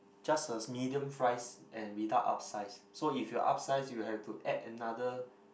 just a medium fries and without upsize so if you upsize you have to add another